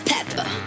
Pepper